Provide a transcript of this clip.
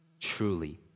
truly